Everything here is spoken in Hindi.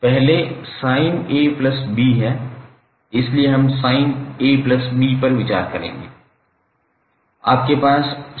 पहले sin A plus B है इसलिए हम sin𝐴𝐵 पर विचार करेंगे